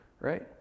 right